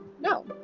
No